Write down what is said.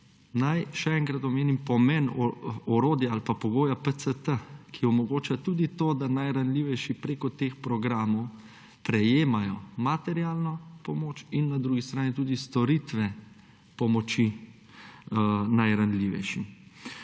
Naj še enkrat omenim pomen orodja ali pa pogoja PCT, ki omogoča tudi to, da najranljivejši preko teh programov prejemajo materialno pomoč in na drugi strani tudi storitve pomoči najranljivejšim.